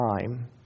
time